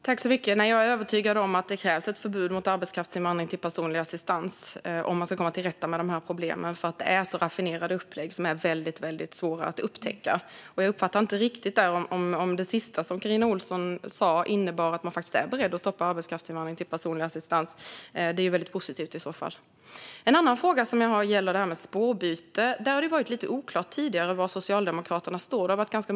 Fru talman! Jag är övertygad om att det krävs ett förbud mot arbetskraftsinvandring för personlig assistans om man ska komma till rätta med problemen. Det är så pass raffinerade upplägg som är väldigt svåra att upptäcka. Jag uppfattade inte riktigt om det sista som Carina Ohlsson sa innebär att man är beredd att stoppa arbetskraftsinvandring för personlig assistans. Det vore väldigt positivt i så fall. Jag har en annan fråga, och den gäller spårbyte. Det har tidigare varit oklart om var Socialdemokraterna står.